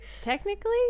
technically